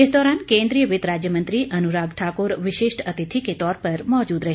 इस दौरान केंद्रीय वित्त राज्य मंत्री अनुराग ठाकुर विशिष्ट अतिथि के तौर पर मौजूद रहे